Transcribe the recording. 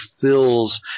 fills